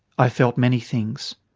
i felt many things,